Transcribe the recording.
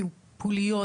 טיפוליות,